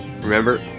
Remember